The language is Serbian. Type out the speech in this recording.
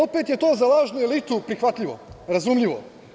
Opet je to za lažnu elitu prihvatljivo, razumljivo.